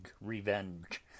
revenge